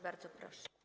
Bardzo proszę.